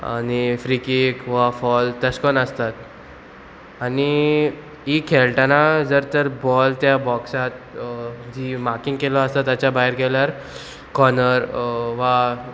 आनी free kick वा foul तेश कोन आसतात आनी ही खेळटना जर तर बॉल त्या बॉक्सांत जी माकींग केलो आसता ताच्या भायर गेल्यार कॉनर वा